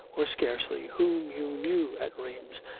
or scarcely, whom you knew at rheims,